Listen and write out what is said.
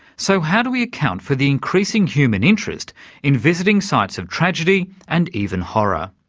so how do we account for the increasing human interest in visiting sites of tragedy and even horror?